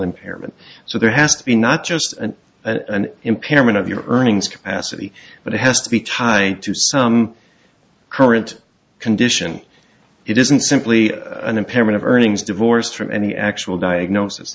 impairment so there has to be not just an an impairment of your earnings capacity but it has to be tied to some current condition it isn't simply an impairment of earnings divorced from any actual diagnosis